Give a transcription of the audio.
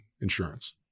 insurance